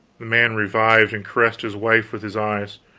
man revived and caressed his wife with his eyes,